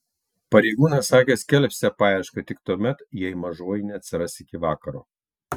pareigūnai sakė skelbsią paiešką tik tuomet jei mažoji neatsiras iki vakaro